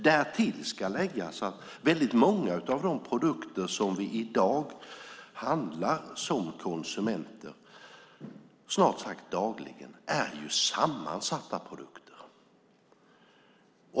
Därtill ska läggas att många av de produkter som vi konsumenter handlar dagligen är sammansatta.